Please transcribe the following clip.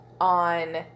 on